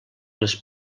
les